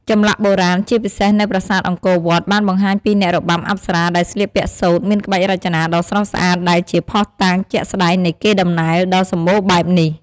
ចម្លាក់បុរាណ ជាពិសេសនៅប្រាសាទអង្គរវត្ត បានបង្ហាញពីអ្នករបាំអប្សរាដែលស្លៀកពាក់សូត្រមានក្បាច់រចនាដ៏ស្រស់ស្អាត ដែលជាភស្តុតាងជាក់ស្តែងនៃកេរ្តិ័ដំណែលដ៏សម្បូរបែបនេះ។